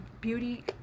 beauty